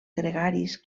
gregaris